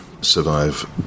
survive